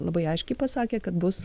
labai aiškiai pasakė kad bus